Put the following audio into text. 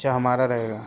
اچھا ہمارا رہے گا